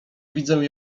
widzę